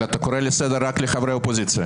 אבל אתה קורא לסדר רק לחברי אופוזיציה.